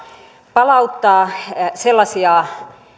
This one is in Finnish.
palauttaa sellaisia